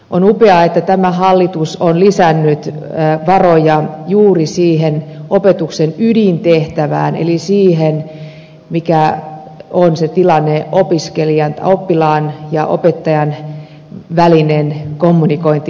on upeaa että tämä hallitus on lisännyt varoja juuri siihen opetuksen ydintehtävään eli siihen mikä on se tilanne oppilaan ja opettajan välinen kommunikointi